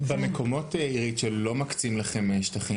במקומות שלא מקצים לכם שטחים,